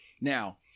Now